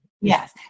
Yes